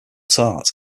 tart